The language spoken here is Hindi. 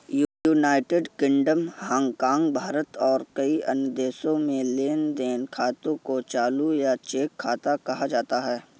यूनाइटेड किंगडम, हांगकांग, भारत और कई अन्य देशों में लेन देन खाते को चालू या चेक खाता कहा जाता है